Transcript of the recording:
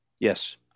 Yes